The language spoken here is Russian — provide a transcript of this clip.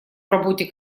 работе